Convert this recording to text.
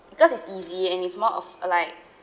because it's easy and it's more of a like